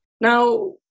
Now